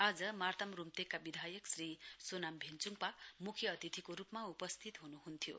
आज मार्ताम रूप्तेकका विधायक श्री सोनाम भेञ्च्ङपा म्ख्य अतिथिको रूपमा उपस्थित हुन्हुन्थ्यो